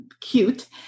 cute